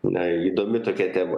na įdomi tokia tema